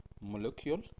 molecule